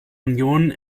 union